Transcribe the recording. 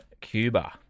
Cuba